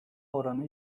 oranı